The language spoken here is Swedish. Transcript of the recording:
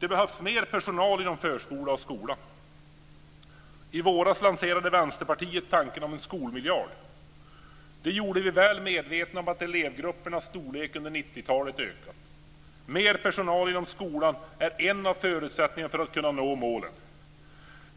Det behövs mer personal inom förskola och skola. I våras lanserade Vänsterpartiet tanken om skolmiljarden. Detta gjorde vi väl medvetna om att elevgruppernas storlek under 90-talet ökat. Mer personal inom skolan är en av förutsättningarna för att kunna nå målen.